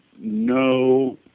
no